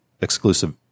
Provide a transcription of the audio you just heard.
exclusive